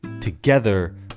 Together